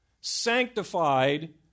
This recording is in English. sanctified